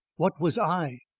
what was i?